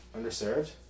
underserved